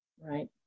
right